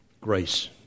grace